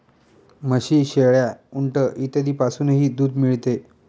म्हशी, शेळ्या, उंट इत्यादींपासूनही दूध मिळते